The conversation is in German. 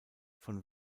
von